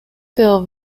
fill